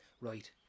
Right